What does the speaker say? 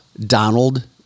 donald